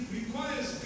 requires